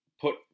put